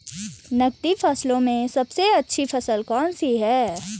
नकदी फसलों में सबसे अच्छी फसल कौन सी है?